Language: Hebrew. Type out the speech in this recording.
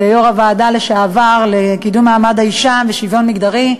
כיו"ר לשעבר של הוועדה לקידום מעמד האישה ולשוויון מגדרי,